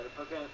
Okay